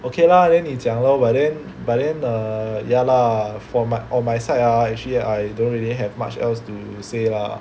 okay lah then 你讲 lor but then but then err ya lah for my on my side ah actually I don't really have much else to say lah